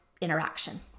interaction